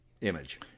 image